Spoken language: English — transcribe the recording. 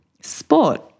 sport